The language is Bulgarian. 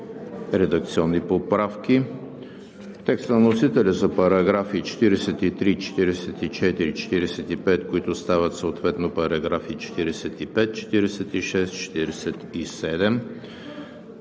редакционни поправки; текста на вносителя за параграфи 43, 44 и 45, които стават параграфи 45, 46 и 47;